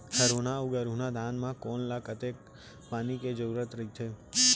हरहुना अऊ गरहुना धान म कोन ला कतेक पानी के जरूरत रहिथे?